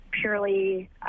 purely